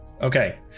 Okay